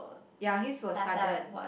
ya he was sudden